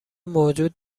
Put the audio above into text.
موجود